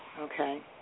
okay